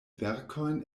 verkojn